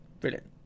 Brilliant